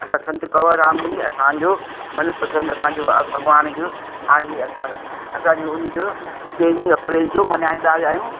असां संत कंवर राम ई असांजो मनपसंद असांजो भॻवान जो आहे असांजो असां असांजो हुनजो तेरहीं अप्रैल जो मल्हाईंदा आहियूं